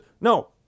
No